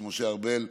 משה ארבל,